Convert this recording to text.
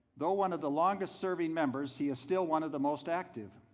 though one of the longest-serving members he is still one of the most active.